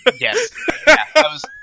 yes